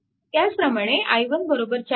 त्याचप्रमाणे i1 4A